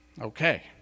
Okay